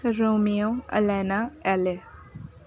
Romeo Elena ایلے